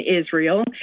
Israel